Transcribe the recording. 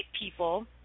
people